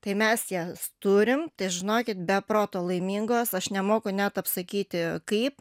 tai mes jas turim tai žinokit be proto laimingos aš nemoku net apsakyti kaip